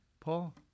Paul